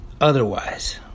otherwise